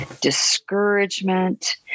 discouragement